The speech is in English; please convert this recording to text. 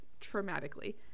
traumatically